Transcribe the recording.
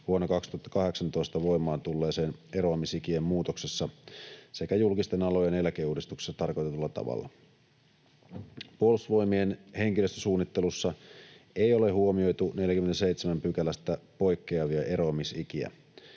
vuonna 2018 voimaan tulleessa eroamisikien muutoksessa sekä julkisten alojen eläkeuudistuksessa tarkoitetulla tavalla. Puolustusvoimien henkilöstösuunnittelussa ei ole huomioitu 47 §:stä poikkeavia eroamisikiä.